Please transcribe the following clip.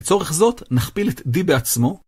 בתוך זאת נכפיל את d בעצמו.